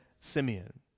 Simeon